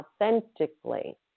authentically